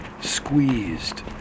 squeezed